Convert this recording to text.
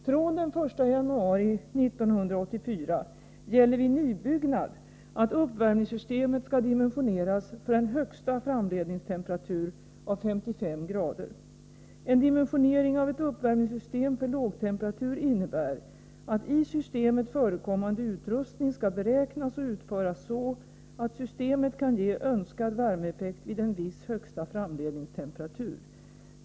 Från den 1 januari 1984 gäller vid nybyggnad att uppvärmningssystemet skall dimensioneras för en högsta framledningstemperatur av 55”C. En dimensionering av ett uppvärmningssystem för lågtemperatur innebär att i systemet förekommande utrustning skall beräknas och utföras så att systemet kan avge önskad värmeeffekt vid en viss högsta framledningstemperatur.